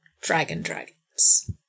dragon-dragons